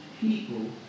people